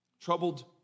Troubled